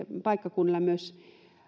paikkakunnilla myös